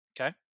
okay